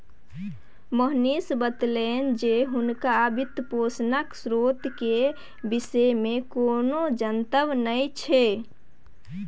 मोहनीश बतेलनि जे हुनका वित्तपोषणक स्रोत केर विषयमे कोनो जनतब नहि छै